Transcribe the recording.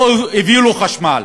לא הביאו לו חשמל.